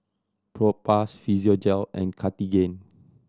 Propass Physiogel and Cartigain